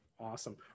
Awesome